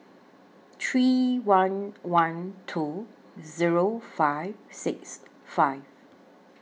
three one one two Zero five six five